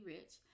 Rich